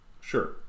sure